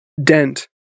Dent